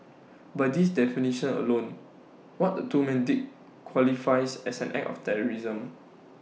by this definition alone what the two men did qualifies as an act of terrorism